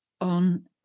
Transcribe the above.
on